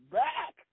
back